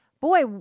boy